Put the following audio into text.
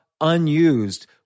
unused